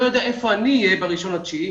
לא יודע איפה אהיה ב-1.9,